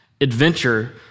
adventure